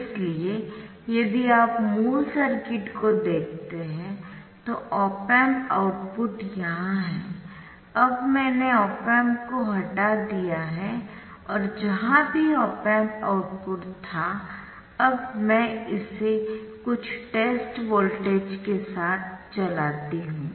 इसलिए यदि आप मूल सर्किट को देखते है तो ऑप एम्प आउटपुट यहाँ है अब मैंने ऑप एम्प को हटा दिया है और जहाँ भी ऑप एम्प आउटपुट था अब मैं इसे कुछ टेस्ट वोल्टेज Vtest के साथ चलाती हूँ